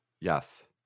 Yes